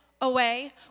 away